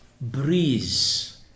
breeze